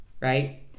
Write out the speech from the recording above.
right